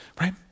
Right